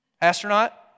Astronaut